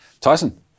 Tyson